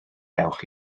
ewch